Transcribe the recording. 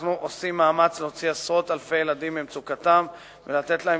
אנחנו עושים מאמץ להוציא עשרות אלפי ילדים ממצוקתם ולתת להם